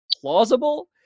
plausible